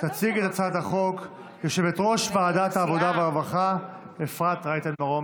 תציג את הצעת החוק יושבת-ראש ועדת העבודה והרווחה אפרת רייטן מרום.